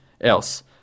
else